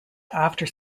after